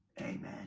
amen